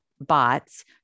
bots